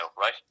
right